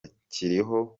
kiriho